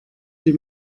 die